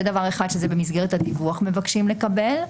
זה דבר אחד שמבקשים לקבל במסגרת הדיווח.